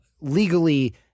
Legally-